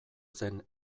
zen